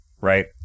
right